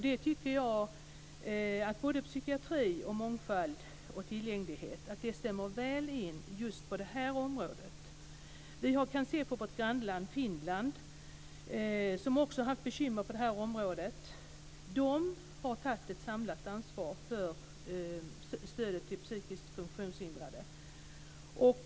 Jag tycker att psykiatri, mångfald och tillgänglighet stämmer väl in på just detta område. Vi kan se på vårt grannland Finland som också har haft bekymmer på detta område. Där har man tagit ett samlat ansvar för stödet till psykiskt funktionshindrade.